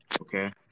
okay